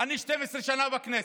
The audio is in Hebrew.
אני 12 שנה בכנסת,